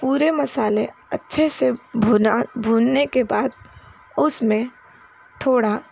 पूरे मसाले अच्छे से भूना भुनने के बाद उसमें थोड़ा